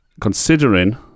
Considering